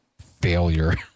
failure